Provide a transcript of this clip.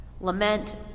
Lament